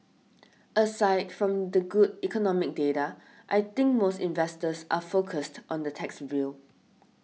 aside from the good economic data I think most investors are focused on the tax bill